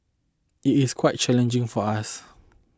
it is quite challenging for us